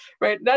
right